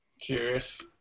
Curious